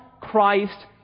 Christ